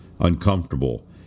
uncomfortable